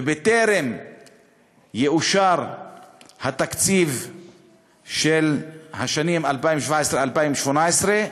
ובטרם יאושר התקציב של השנים 2017 2018,